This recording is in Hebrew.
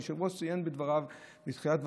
היושב-ראש ציין בתחילת דבריו,